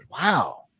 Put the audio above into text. Wow